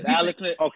Okay